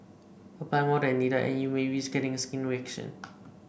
apply more than needed and you may risk getting a skin reaction